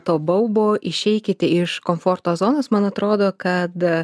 to baubo išeikite iš komforto zonos man atrodo kad